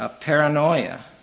paranoia